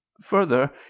further